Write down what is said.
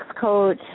coach